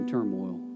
turmoil